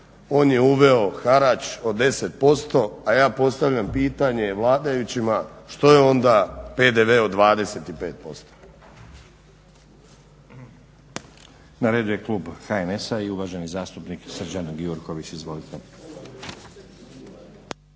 On je uveo harač od 10% a ja postavljam pitanje vladajućima što je onda PDV od 25%?